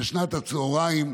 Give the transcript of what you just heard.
שנת הצוהריים.